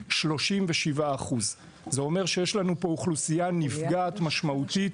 37%. זה אומר שיש לנו פה אוכלוסייה נפגעת משמעותית.